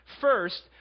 First